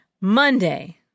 Monday